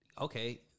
okay